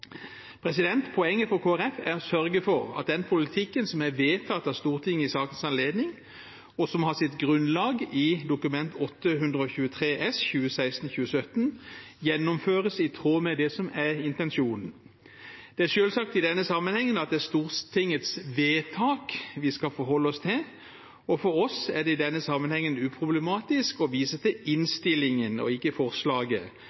Poenget for Kristelig Folkeparti er å sørge for at den politikken som er vedtatt av Stortinget i sakens anledning, og har sitt grunnlag i Dokument 8:123 S for 2016–2017, gjennomføres i tråd med intensjonen. I denne sammenhengen er det selvsagt Stortingets vedtak vi skal forholde oss til, og for oss er det i denne sammenhengen uproblematisk å vise til innstillingen og ikke til